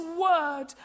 word